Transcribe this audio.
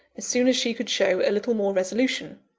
as soon as she could show a little more resolution.